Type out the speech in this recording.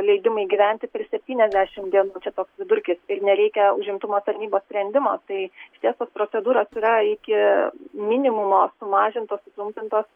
leidimai gyventi per septyniasdešim dienų čia toks vidurkis ir nereikia užimtumo tarnybos sprendimo tai išties tos procedūros yra iki minimumo sumažintos sutrumpintos